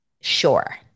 sure